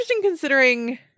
considering